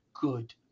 good